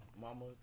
mama